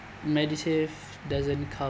MediSave doesn't